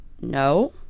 No